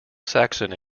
saxon